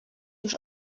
już